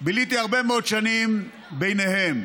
ביליתי הרבה מאוד שנים ביניהם.